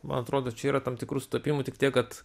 man atrodo čia yra tam tikrų sutapimų tik tiek kad